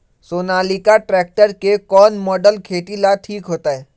Sonalika tractor के कौन model खेती ला ठीक होतै?